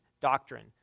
doctrine